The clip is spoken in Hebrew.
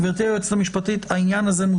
גברתי היועצת המשפטית, היכן מוסדר העניין הזה?